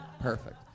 Perfect